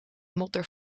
modder